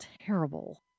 terrible